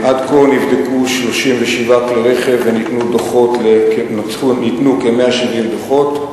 עד כה נבדקו 37 כלי-רכב וניתנו כ-170 דוחות.